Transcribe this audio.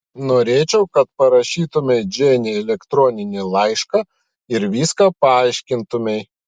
norėčiau kad parašytumei džeinei elektroninį laišką ir viską paaiškintumei